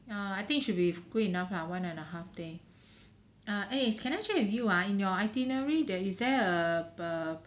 ya I think should be good enough lah one and a half day uh eh can I check with you ah in your itinerary there is there a err